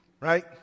right